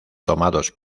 tomados